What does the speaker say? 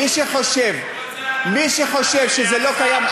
מי שחושב שזה לא קיים,